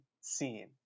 scene